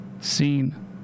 seen